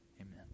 Amen